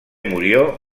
murió